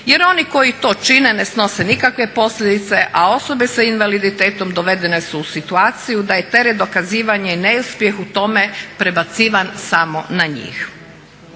jer oni koji to čine ne snose nikakve posljedice, a osobe sa invaliditetom dovedene su u situaciju da je teret dokazivanje i neuspjeh u tome prebacivan samo na njih.